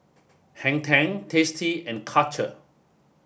Hang Ten Tasty and Karcher